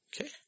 Okay